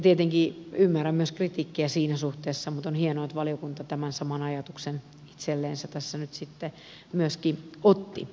tietenkin ymmärrän myös kritiikkiä siinä suhteessa mutta on hienoa että valiokunta tämän saman ajatuksen tässä nyt sitten myöskin otti